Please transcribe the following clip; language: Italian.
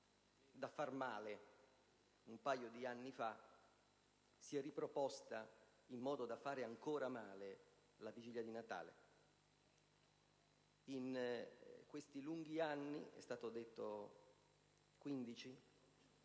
da far male un paio di anni fa, si è riproposta in modo da fare ancora male la vigilia di Natale. In questi 15 lunghi anni si sono succeduti